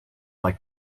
like